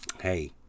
Hey